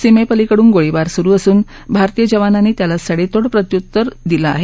सीमेपलिकडून गोळीबार सुरु असून भारतीय जवानांनी त्याला सडेतोड प्रत्युत्तर देत आहेत